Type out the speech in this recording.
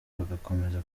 bagakomeza